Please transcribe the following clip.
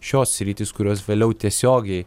šios sritys kurios vėliau tiesiogiai